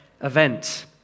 event